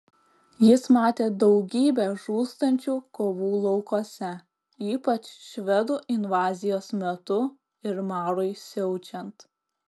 jis matė daugybę žūstančių kovų laukuose ypač švedų invazijos metu ir marui siaučiant